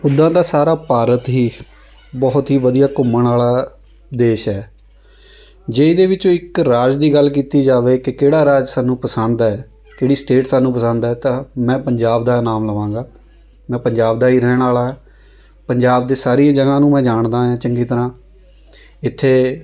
ਉੱਦਾਂ ਤਾਂ ਸਾਰਾ ਭਾਰਤ ਹੀ ਬਹੁਤ ਹੀ ਵਧੀਆ ਘੁੰਮਣ ਵਾਲਾ ਦੇਸ਼ ਹੈ ਜੇ ਇਹਦੇ ਵਿੱਚੋਂ ਇੱਕ ਰਾਜ ਦੀ ਗੱਲ ਕੀਤੀ ਜਾਵੇ ਕਿ ਕਿਹੜਾ ਰਾਜ ਸਾਨੂੰ ਪਸੰਦ ਹੈ ਕਿਹੜੀ ਸਟੇਟ ਸਾਨੂੰ ਪਸੰਦ ਹੈ ਤਾਂ ਮੈਂ ਪੰਜਾਬ ਦਾ ਨਾਮ ਲਵਾਂਗਾ ਮੈਂ ਪੰਜਾਬ ਦਾ ਹੀ ਰਹਿਣ ਵਾਲਾ ਹਾਂ ਪੰਜਾਬ ਦੇ ਸਾਰੀਆਂ ਜਗ੍ਹਾ ਨੂੰ ਮੈਂ ਜਾਣਦਾ ਹੈ ਚੰਗੀ ਤਰ੍ਹਾਂ ਇੱਥੇ